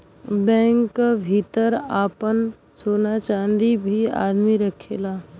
bank क भितर आपन सोना चांदी भी आदमी रखेला